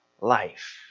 life